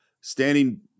standing